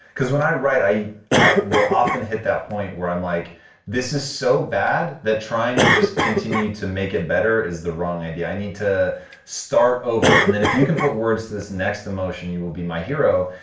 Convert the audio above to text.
because when i write i i will often hit that point where i'm like this is so bad that trying to just continue to make it better is the wrong idea. i need to start over and then if you can put words to this next emotion you will be my hero.